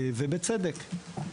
ובצדק.